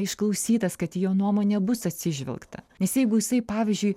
išklausytas kad į jo nuomonę bus atsižvelgta nes jeigu jisai pavyzdžiui